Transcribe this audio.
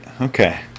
Okay